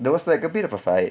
there was like a bit of a fight